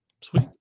sweet